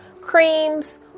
creams